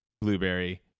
blueberry